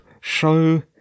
show